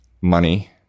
Money